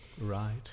Right